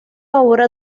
obra